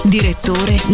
Direttore